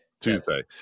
Tuesday